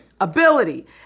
ability